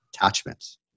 attachments